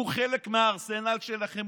הוא חלק מהארסנל שלכם,